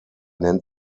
nennt